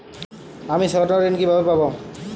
আমি স্বর্ণঋণ কিভাবে পাবো?